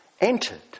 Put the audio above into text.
entered